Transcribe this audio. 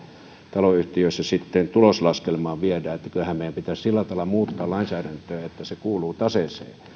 taloyhtiöissä sitten tuloslaskelmaan viedään kyllähän meidän pitäisi sillä tavalla muuttaa lainsäädäntöä että se kuuluu taseeseen